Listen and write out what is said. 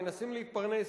מנסים להתפרנס.